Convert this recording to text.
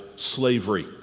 slavery